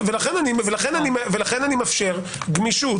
לכן אני מאפשר גמישות.